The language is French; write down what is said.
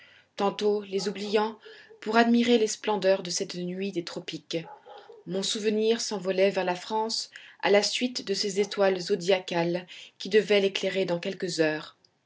tantôt les oubliant pour admirer les splendeurs de cette nuit des tropiques mon souvenir s'envolait vers la france à la suite de ces étoiles zodiacales qui devaient l'éclairer dans quelques heures